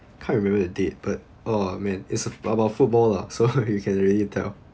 I can't remember the date but oh man it's about football lah so you can already tell